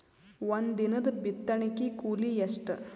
ಒಂದಿನದ ಬಿತ್ತಣಕಿ ಕೂಲಿ ಎಷ್ಟ?